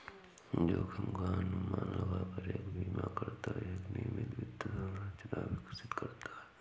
जोखिम का अनुमान लगाकर एक बीमाकर्ता एक नियमित वित्त संरचना विकसित करता है